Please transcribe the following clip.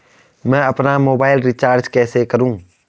मैं अपना mobile recharge कैसे करूँ?